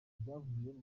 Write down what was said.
ivyavuye